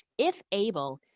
if able,